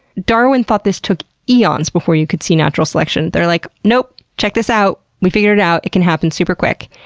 darwin thought this took eons before you could see natural selection. they're like, nope. check this out. we figured it out. it can happen super quick.